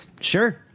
Sure